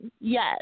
Yes